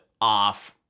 off